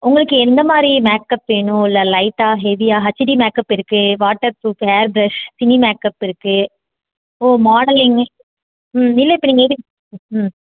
உங்களுக்கு எந்த மாதிரி மேக்கப் வேணும் இல்லை லைட்டாக ஹெவியாக ஹச்சிடி மேக்கப் இருக்குது waterproof hair brush cine makeup இருக்குது ஓ மாடலிங்கு ம் இல்லை இப்போ நீங்கள் எது ம்